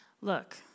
look